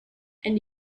and